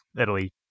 Italy